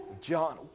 John